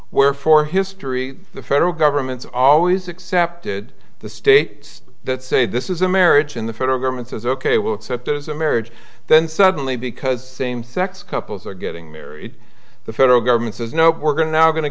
where for history the federal government's always accepted the state that say this is a marriage in the federal government says ok we'll accept it as a marriage then suddenly because sex couples are getting married the federal government says no we're going to now going to